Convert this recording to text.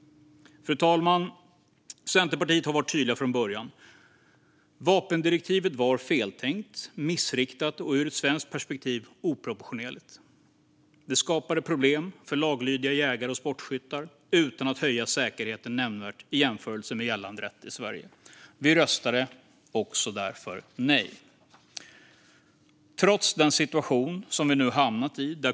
Fru talman! Centerpartiet har varit tydliga från början. Vapendirektivet var feltänkt, missriktat och ur ett svenskt perspektiv oproportionerligt. Det skapade problem för laglydiga jägare och sportskyttar utan att nämnvärt höja säkerheten i jämförelse med gällande rätt i Sverige. Därför röstade vi också nej.